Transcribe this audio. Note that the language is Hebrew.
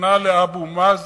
נכנע לאבו מאזן,